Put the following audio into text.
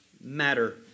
matter